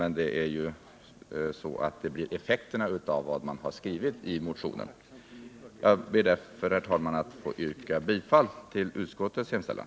Men effekterna av vad man föreslår i motionen blir de utskottet har angivit. Jag ber, herr talman, att få yrka bifall till utskottets hemställan.